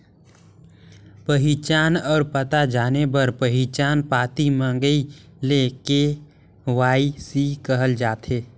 पहिचान अउ पता जाने बर पहिचान पाती मंगई ल के.वाई.सी कहल जाथे